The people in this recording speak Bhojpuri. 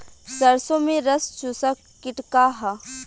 सरसो में रस चुसक किट का ह?